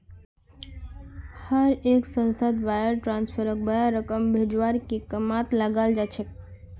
हर एक संस्थात वायर ट्रांस्फरक बडा रकम भेजवार के कामत लगाल जा छेक